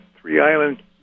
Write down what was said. three-island